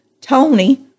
Tony